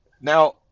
Now